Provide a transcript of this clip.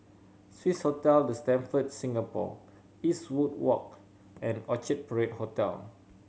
Swissotel The Stamford Singapore Eastwood Walk and Orchard Parade Hotel